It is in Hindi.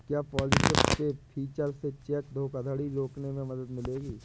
क्या पॉजिटिव पे फीचर से चेक धोखाधड़ी रोकने में मदद मिलेगी?